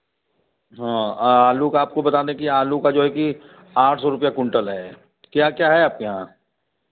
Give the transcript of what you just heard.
हाँ आलू का आपको बता दें कि आलू का जो है कि आठ सौ रुपये कुंटल है क्या क्या है आपके यहाँ